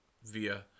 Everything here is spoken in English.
via